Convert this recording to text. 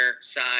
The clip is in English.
side